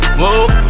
move